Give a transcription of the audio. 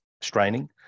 straining